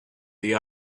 the